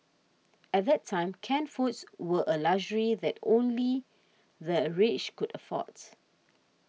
at that time canned foods were a luxury that only the rich could afford